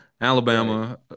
Alabama